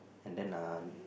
and then uh